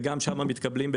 וגם שם מתקבלים,